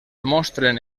mostren